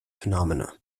phenomena